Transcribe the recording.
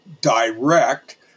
direct